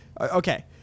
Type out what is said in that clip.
okay